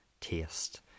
Taste